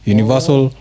Universal